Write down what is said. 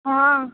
हॅं